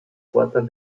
fortan